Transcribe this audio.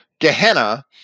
Gehenna